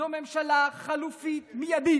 זו ממשלה חלופית מיידית.